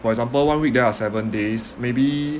for example one week there are seven days maybe